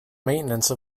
maintenance